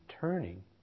turning